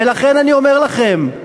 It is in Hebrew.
ולכן, אני אומר לכם,